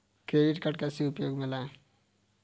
Credit card कैसे उपयोग में लाएँ?